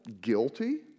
guilty